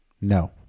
No